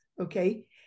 okay